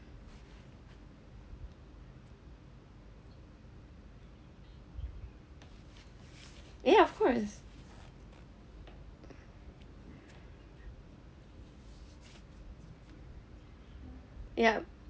ya of course ya